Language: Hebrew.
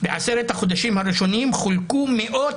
בעשרת החודשים הראשונים חולקו מאות